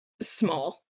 small